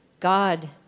God